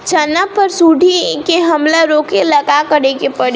चना पर सुंडी के हमला रोके ला का करे के परी?